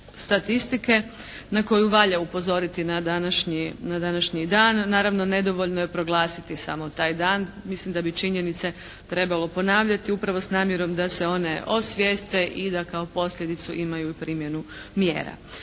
statistike na koju valja upozoriti na današnji dan. Naravno nedovoljno je proglasiti samo taj dan. Mislim da bi činjenice trebalo ponavljati upravo s namjerom da se one osvijeste i da kao posljedicu imaju primjenu mjera.